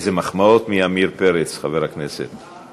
איזה מחמאות מחבר הכנסת עמיר פרץ.